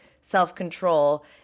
self-control